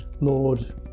Lord